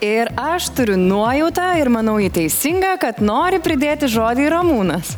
ir aš turiu nuojautą ir manau ji teisinga kad nori pridėti žodį ramūnas